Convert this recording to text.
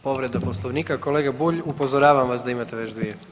Povreda poslovnika kolega Bulj, upozoravam vas da imte već dvije.